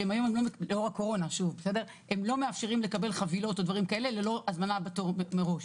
שהם לא מאפשרים לקבל חבילות או דברים כאלה ללא הזמנה בתור מראש,